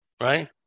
Right